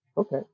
Okay